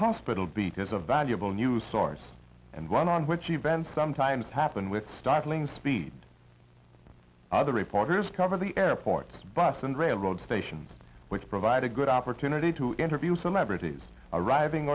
hospital beat is a valuable news source and one on which events sometimes happen with startling speed other reporters cover the airport bus and railroad stations which provide a good opportunity to interview celebrities arriving